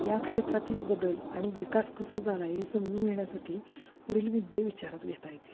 या क्षेत्रातील बदल आणि विकास कसा झाला हे समजून घेण्यासाठी पुढील मुद्दे विचारात घेता येतील